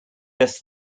less